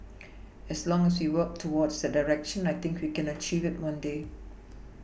as long as we work towards that direction I think we can achieve it one day